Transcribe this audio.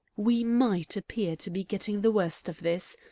we might appear to be getting the worst of this.